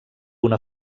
una